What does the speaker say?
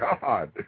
God